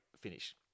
finish